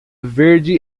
verde